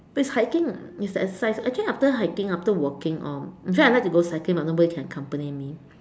it's hiking is the exercise actually after hiking after walking or in fact I like to go cycling but nobody can accompany me